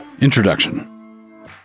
Introduction